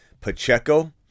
Pacheco